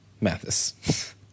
Mathis